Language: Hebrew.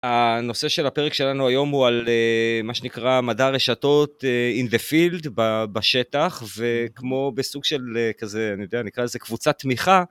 הנושא של הפרק שלנו היום הוא על מה שנקרא מדע רשתות אין דה פילד - בשטח, וכמו בסוג של כזה, אני יודע, נקרא לזה קבוצת תמיכה...